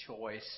choice